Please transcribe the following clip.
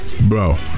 bro